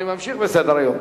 אני ממשיך בסדר-היום: